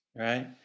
right